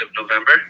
November